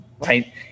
right